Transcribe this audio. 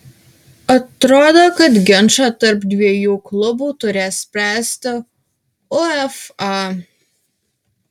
atrodo kad ginčą tarp dviejų klubų turės spręsti uefa